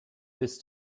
ist